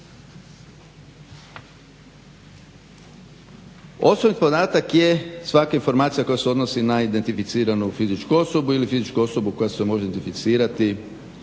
Osobni podatak je svaka informacija koja se odnosi na identificiranu fizičku osobu ili fizičku osobu koja se može identificirati